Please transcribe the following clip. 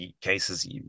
cases